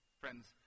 Friends